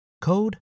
code